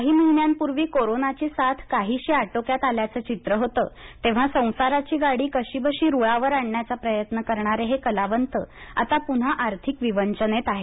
काही महिन्यापूर्वी कोरोनाची साथ काहीशी आटोक्यात आल्याचं चित्र होतं तेव्हा संसाराची गाडी कशीबशी रुळावर आणण्याचा प्रयत्न करणारे हे कलावंत आता पुन्हा आर्थिक विवंचनेत आहेत